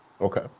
Okay